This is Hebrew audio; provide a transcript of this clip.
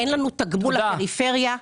אין לנו תגמול לפריפריה.